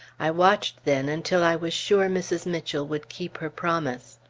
i watched then until i was sure mrs. mitchell would keep her promise.